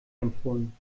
empfohlen